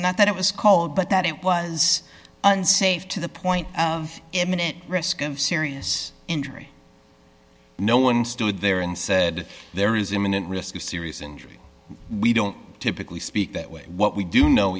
not that it was cold but that it was unsafe to the point of imminent risk of serious injury no one stood there and said there is imminent risk of serious injury we don't typically speak that way what we do know